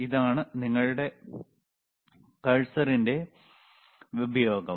ഇതാണ് നിങ്ങളുടെ കഴ്സറിന്റെ ഉപയോഗം